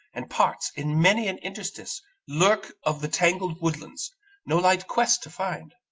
and parts in many an interstice lurk of the tangled woodland no light quest to find.